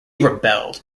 rebelled